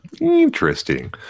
Interesting